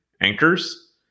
anchors